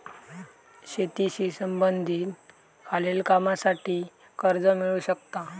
शेतीशी संबंधित खालील कामांसाठी कर्ज मिळू शकता